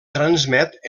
transmet